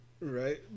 right